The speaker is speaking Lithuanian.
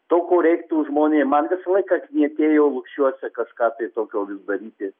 to ko reiktų žmonėm man visą laiką knietėjo lūšiuose kažką tai tokio daryti